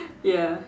ya